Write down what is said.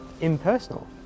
impersonal